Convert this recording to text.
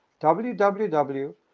www